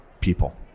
people